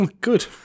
good